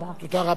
תודה רבה.